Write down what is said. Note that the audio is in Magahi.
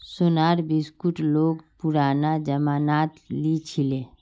सोनार बिस्कुट लोग पुरना जमानात लीछीले